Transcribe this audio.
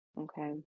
okay